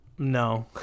No